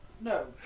No